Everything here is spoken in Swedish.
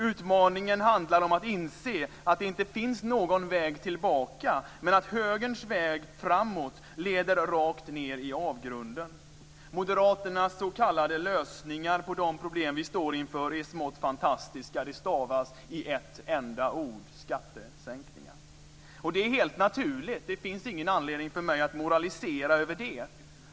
Utmaningen handlar om att inse att det inte finns någon väg tillbaka men att högerns väg framåt leder rakt ned i avgrunden. Moderaternas s.k. lösningar på de problem som vi står inför är smått fantastiska. Det skrivs i ett enda ord - skattesänkningar. Och det är helt naturligt. Det finns ingen anledning för mig att moralisera över det.